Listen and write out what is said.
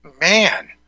man